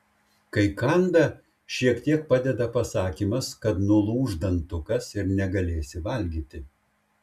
kai kanda šiek tiek padeda pasakymas kad nulūš dantukas ir negalėsi valgyti